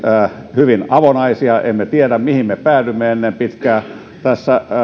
hyvin avonaisia emme tiedä mihin me päädymme ennen pitkää tässä